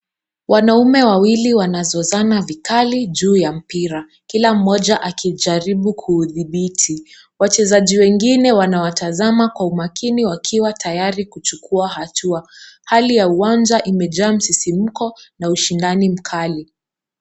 Wanaume wawili wanazozana vikali juu ya mpira, kila mmoja akijaribu kuudhibiti. Wachezaji wengine wanawatazama kwa umakini wakiwa tayari kuchukua hatua. Hali ya uwanja imejaa msisimko na ushindani mkali.